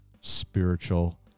spiritual